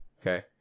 okay